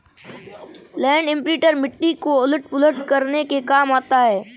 land imprinter मिट्टी को उलट पुलट करने के काम आता है